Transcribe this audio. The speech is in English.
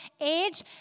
age